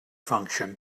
function